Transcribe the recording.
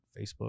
facebook